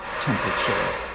temperature